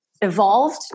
evolved